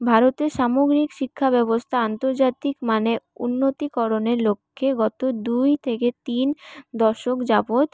ভারতের সামগ্রিক শিক্ষাব্যবস্থা আন্তর্জাতিক মানে উন্নতি করণের লক্ষ্যে গত দুই থেকে তিন দশক যাবৎ